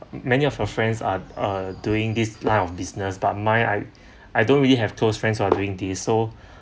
many of your friends are uh doing this line of business but my I I don't really have close friends are doing this so